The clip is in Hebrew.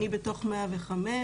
אני בתוך 105,